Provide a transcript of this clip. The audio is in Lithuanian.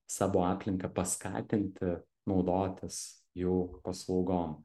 savo aplinką paskatinti naudotis jų paslaugom